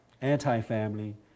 anti-family